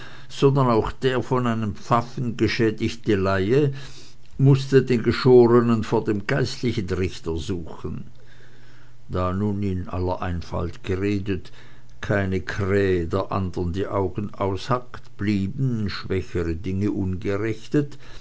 sondern auch der von einem pfaffen geschädigte laie mußte den geschorenen vor dem geistlichen richter suchen da nun in aller einfalt geredet keine krähe der anderen die augen aushackt blieben schwächere dinge